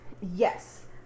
Yes